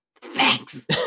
thanks